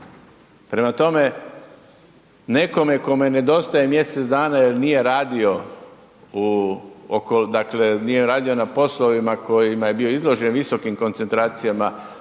Prema tome, nekome kome nedostaje mjesec dana jel nije radio u, oko, dakle nije radio na poslovima kojima je bio izložen visokim koncentracijama